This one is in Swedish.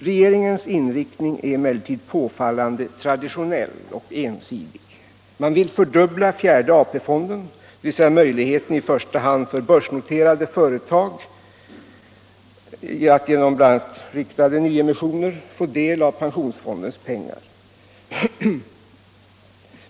Regeringens inriktning är emellertid påfallande traditionell och ensidig. Man vill fördubbla fjärde AP-fonden, dvs. möjligheten i första hand för börsnoterade företag att bl.a. genom riktade nyemissioner få del av pensionsfondens pengar.